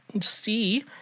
see